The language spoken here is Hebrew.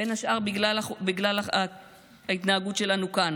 בין השאר בגלל ההתנהגות שלנו כאן.